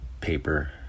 paper